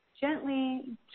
gently